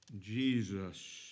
Jesus